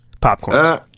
popcorn